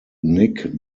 nick